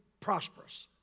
prosperous